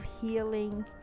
healing